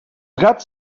gats